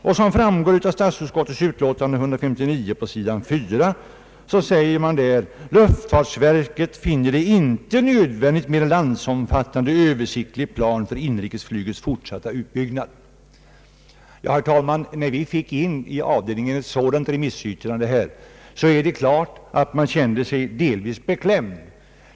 På s. 4 i utskottets utlåtande heter det: »Luftfartsverket finner det inte nödvändigt med en landsomfattande översiktlig plan för inrikesflygets fortsatta utbyggnad.» Herr talman! När vi mottog detta remissyttrande, kände man sig i avdelningen givetvis något beklämd.